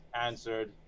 answered